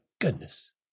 goodness